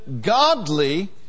godly